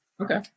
okay